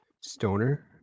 stoner